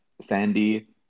Sandy